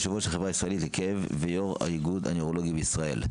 יושב ראש החברה הישראלית לכאב ויו"ר איגוד הנוירולוגים בישראל.